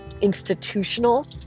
institutional